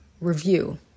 review